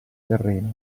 terreno